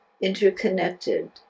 interconnected